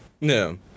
No